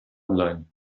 online